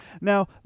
Now